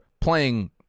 playing